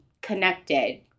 connected